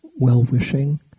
well-wishing